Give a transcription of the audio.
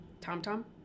Tom-Tom